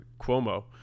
Cuomo